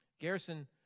Garrison